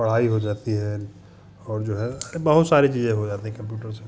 पढ़ाई हो जाती है और जो है बहुत सारी चीज़ें हो जाती हैं कम्प्यूटर से